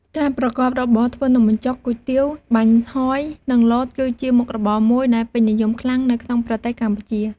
ការប្រកបរបរធ្វើនំបញ្ចុក គុយទាវ បាញ់ហ៊យ និងលត គឺជាមុខរបរមួយដែលពេញនិយមខ្លាំងនៅក្នុងប្រទេសកម្ពុជា។